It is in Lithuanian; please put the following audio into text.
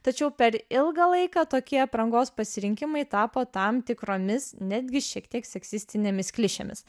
tačiau per ilgą laiką tokie aprangos pasirinkimai tapo tam tikromis netgi šiek tiek seksistinėmis klišėmis